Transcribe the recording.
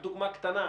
שחלק מהכסף